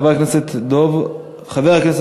חבר הכנסת דב חנין,